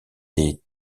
des